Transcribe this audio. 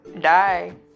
die